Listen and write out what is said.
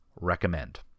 recommend